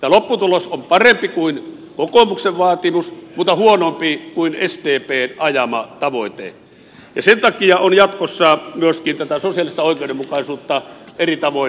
tämä lopputulos on parempi kuin kokoomuksen vaatimus mutta huonompi kuin sdpn ajama tavoite ja sen takia on jatkossa myöskin tätä sosiaalista oikeudenmukaisuutta eri tavoin tarkasteltava